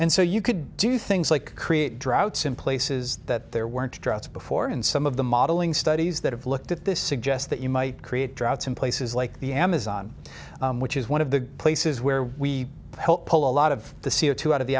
and so you could do things like create droughts in places that there weren't droughts before and some of the modeling studies that have looked at this suggest that you might create droughts in places like the amazon which is one of the places where we helped pull a lot of the c o two out of the